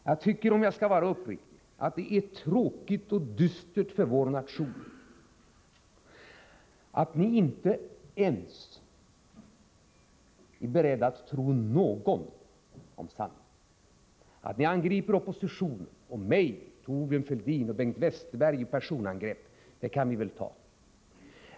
Jag tycker, om jag skall vara uppriktig, att det är tråkigt och dystert för vår nation att ni inte ens är beredda att tro någon om sanning. Att ni angriper oppositionen — och mig, Thorbjörn Fälldin och Bengt Westerberg i personangrepp — det kan vi väl ta.